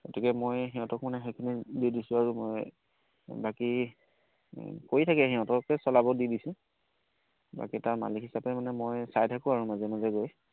গতিকে মই সিহঁতক মানে সেইখিনি দি দিছোঁ আৰু মই বাকী কৰি থাকে সিহঁতকে চলাব দি দিছোঁ বাকী তাৰ মালিক হিচাপে মানে মই চাই থাকোঁ আৰু মাজে মাজে গৈ